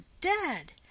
dead